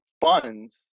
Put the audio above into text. funds